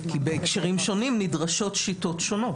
בהקשרים שונים נדרשות שיטות שונות.